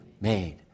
made